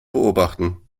beobachten